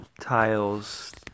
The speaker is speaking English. tiles